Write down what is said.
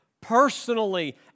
personally